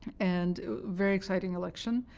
and a very exciting election.